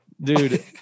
Dude